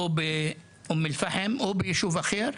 באום אל פחם או ביישוב אחר,